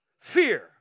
fear